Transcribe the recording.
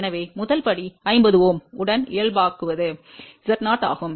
எனவே முதல் படி 50 Ω உடன் இயல்பாக்குவது Z0 ஆகும்